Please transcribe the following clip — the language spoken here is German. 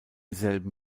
selben